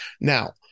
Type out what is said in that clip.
Now